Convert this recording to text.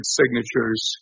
signatures